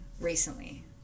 recently